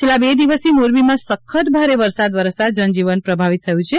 છેલ્લાં બે દિવસથી મોરબીમાં સખત ભારે વરસાદ વરસતા જનજીવન પ્રભાવિત થયું છે